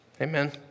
Amen